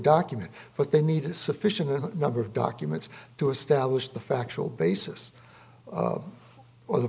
document but they need a sufficient number of documents to establish the factual basis or the